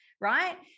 right